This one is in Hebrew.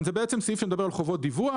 הסעיף מדבר על חובות דיווח,